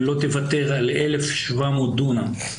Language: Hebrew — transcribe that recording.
אם לא תוותר על 1,700 דונם,